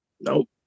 Nope